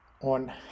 on